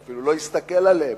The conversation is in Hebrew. שאפילו לא הסתכל עליהם,